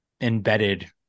embedded